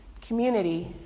Community